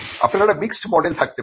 আপনার একটি mixed model থাকতে পারে